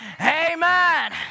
amen